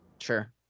sure